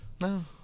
No